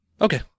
Okay